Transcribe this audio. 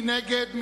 מי נגד?